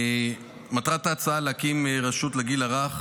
מטרת ההצעה היא להקים רשות לגיל הרך